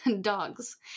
dogs